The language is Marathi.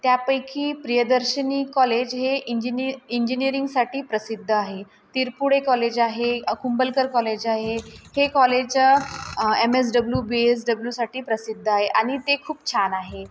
त्यापैकी प्रियदर्शनी कॉलेज हे इंजिनी इंजिनीअरिंगसाठी प्रसिद्ध आहे तिरपुडे कॉलेज आहे कुंबलकर कॉलेज आहे हे college M S W B S डब्ल्यूसाठी प्रसिद्ध आहे आणि ते खूप छान आहे